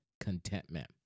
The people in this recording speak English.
contentment